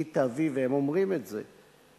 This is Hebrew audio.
והם אומרים את זה,